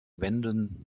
wenden